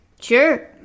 Sure